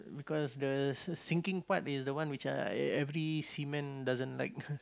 because the s~ sinking part is the one which I every seaman doesn't like